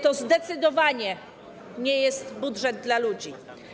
To zdecydowanie nie jest budżet dla ludzi.